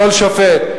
כל שופט,